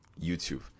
youtube